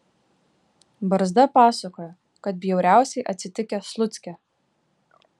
barzda pasakojo kad bjauriausiai atsitikę slucke